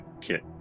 Kit